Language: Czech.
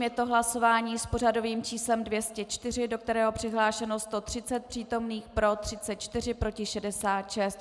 Je to hlasování s pořadovým číslem 204, do kterého je přihlášeno 130 přítomných, pro 34, proti 66.